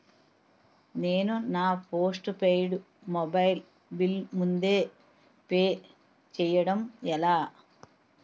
నేను నా postpaid mobile bill ముందే పే చేయడం ఎలా?